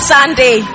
Sunday